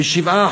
ב-7%.